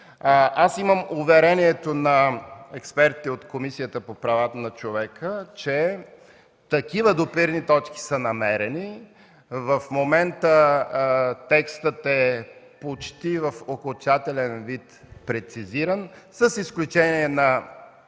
Имам уверението на експертите от Комисията по правата на човека, че са намерени допирни точки. В момента текстът е почти в окончателен вид – прецизиран, с изключение на